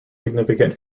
significant